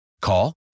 Call